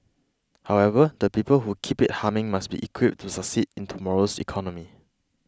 however the people who keep it humming must be equipped to succeed in tomorrow's economy